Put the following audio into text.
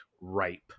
ripe